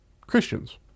Christians